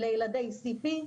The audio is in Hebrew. אלה ילדי CP,